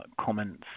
comments